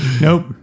Nope